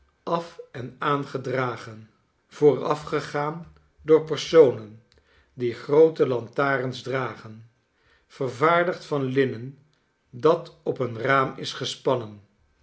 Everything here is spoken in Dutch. af en aangedragen voorafgegaan door personen die groote lantar ens dragen vervaardigd van linnen dat op een raam is gespannen